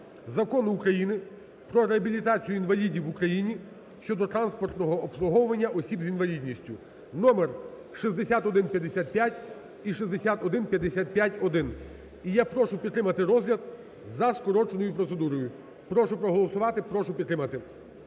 Закону України "Про реабілітацію інвалідів в Україні" щодо транспортного обслуговування осіб з інвалідністю (номер 6155 і 6155-1). І я прошу підтримати розгляд за скороченою процедурою. Прошу проголосувати, прошу підтримати.